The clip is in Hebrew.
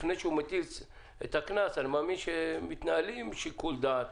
לפני שמטיל את הקנס, אני מאמין שמתנהל שיקול דעת